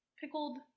pickled